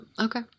okay